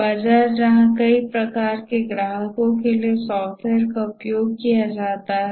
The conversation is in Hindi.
बाजार जहां कई प्रकार के ग्राहकों के लिए सॉफ्टवेयर का उपयोग किया जाता है